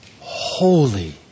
holy